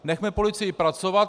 Nechme policii pracovat.